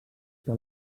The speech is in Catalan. que